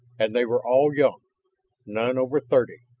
and they were all young none over thirty,